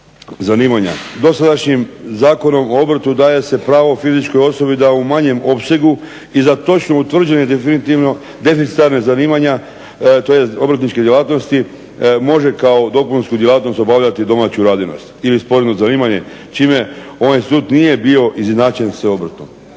zanimanja. Dosadašnjim Zakonom o obrtu daje se pravo fizičkoj osobi da u manjem opsegu i za točno utvrđeno deficitarna zanimanja tj. obrtničke djelatnosti može kao dopunsku djelatnost obavljati domaću radinost ili sporedno zanimanje čime ovaj institut nije bio izjednačen sa obrtom.